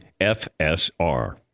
FSR